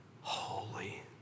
holy